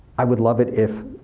i would love it if,